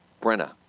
Brenna